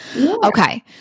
Okay